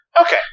Okay